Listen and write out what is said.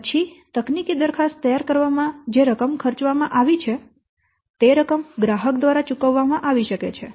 પછી તકનીકી દરખાસ્ત તૈયાર કરવામાં જે રકમ ખર્ચવામાં આવી છે તે રકમ ગ્રાહક દ્વારા ચૂકવવામાં આવી શકે છે